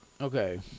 Okay